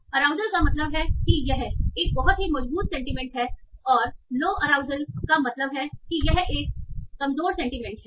तो अराउजल का मतलब है कि यह एक बहुत ही मजबूत सेंटीमेंट है और लो अराउजल का मतलब है कि यह एक कमजोर सेंटीमेंट है